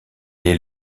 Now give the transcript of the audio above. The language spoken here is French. est